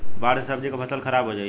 बाढ़ से सब्जी क फसल खराब हो जाई